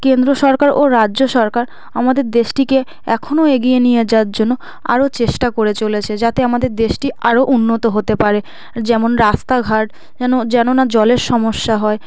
কেন্দ্র সরকার ও রাজ্য সরকার আমাদের দেশটিকে এখনও এগিয়ে নিয়ে যাওয়ার জন্য আরও চেষ্টা করে চলেছে যাতে আমাদের দেশটি আরও উন্নত হতে পারে যেমন রাস্তাঘাট যেন যেন না জলের সমস্যা হয়